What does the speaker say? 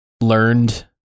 learned